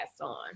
on